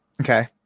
okay